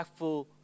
impactful